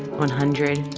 one hundred,